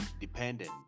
dependent